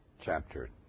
chapter